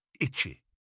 itchy